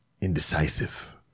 indecisive